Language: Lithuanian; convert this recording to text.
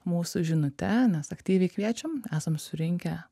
mūsų žinute nes aktyviai kviečiam esam surinkę